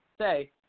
say